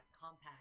compact